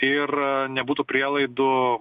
ir nebūtų prielaidų